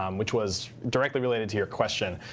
um which was directly related to your question.